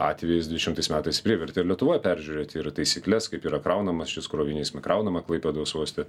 atvejis dvidešimtais metais privertė ir lietuvoje peržiūrėti ir taisykles kaip yra kraunamas šis krovinys kraunama klaipėdos uoste